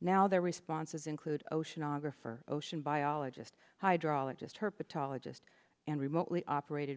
now their responses include oceanographer ocean biologist hydrologist herpetologist and remotely operated